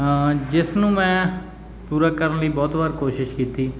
ਜਿਸ ਨੂੰ ਮੈਂ ਪੂਰਾ ਕਰਨ ਲਈ ਬਹੁਤ ਵਾਰ ਕੋਸ਼ਿਸ਼ ਕੀਤੀ